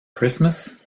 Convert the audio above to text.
christmas